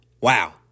wow